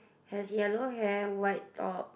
has yellow hair white top